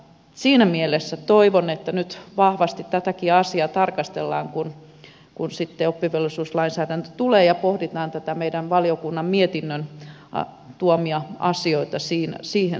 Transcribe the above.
siinä mielessä toivon että nyt vahvasti tätäkin asiaa tarkastellaan kun oppivelvollisuuslainsäädäntö sitten tulee ja pohditaan näitä meidän valiokunnan mietinnön tuomia asioita suhteessa siihen